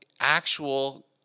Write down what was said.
actual